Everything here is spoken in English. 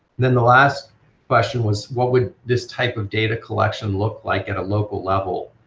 then the last question was what would this type of data collection look like at a local level?